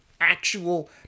actual